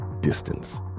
Distance